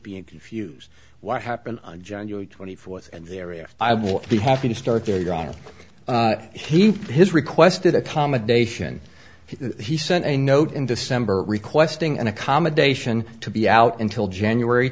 being confused what happened on january twenty fourth and the area i will be happy to start there your honor he has requested accommodation he sent a note in december requesting an accommodation to be out until january